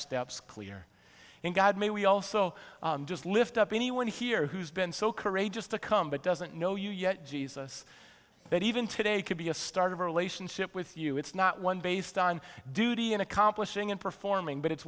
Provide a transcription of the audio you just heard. steps clear and god may we also just lift up anyone here who's been so courageous to come but doesn't know you yet jesus that even today could be a start of a relationship with you it's not one based on duty in accomplishing and performing but it's